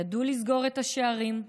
ידעו לסגור את השערים,